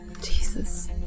Jesus